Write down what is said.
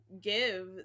give